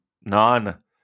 None